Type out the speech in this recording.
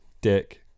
Dick